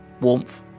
Warmth